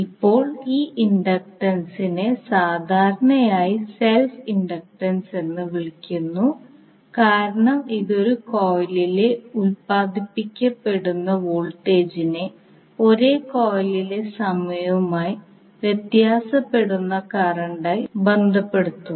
ഇപ്പോൾ ഈ ഇൻഡക്റ്റൻസിനെ സാധാരണയായി സെൽഫ് ഇൻഡക്റ്റൻസ് എന്ന് വിളിക്കുന്നു കാരണം ഇത് ഒരു കോയിലിൽ ഉൽപാദിപ്പിക്കപ്പെടുന്ന വോൾട്ടേജിനെ ഒരേ കോയിലിലെ സമയവുമായി വ്യത്യാസപ്പെടുന്ന കറന്റ് ആയി ബന്ധപ്പെടുത്തുന്നു